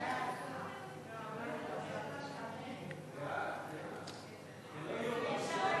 ההצעה להעביר את הנושא לוועדה לזכויות הילד נתקבלה.